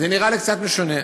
זה נראה לי קצת משונה.